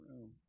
room